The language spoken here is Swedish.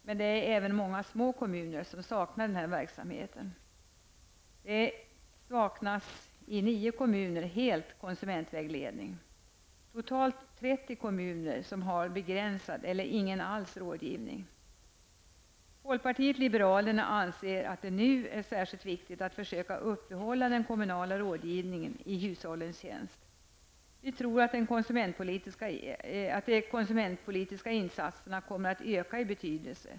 Men det är även många små kommuner som saknar denna verksamhet. I 9 kommuner saknas helt konsumentvägledning. Totalt 30 kommuner har en begränsad eller ingen rådgivning alls. Folkpartiet liberalerna anser att det nu är särskilt viktigt att försöka upprätthålla den kommunala rådgivningen i hushållens tjänst. Vi tror att de konsumentpolitiska insatserna kommer att öka i betydelse.